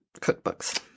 cookbooks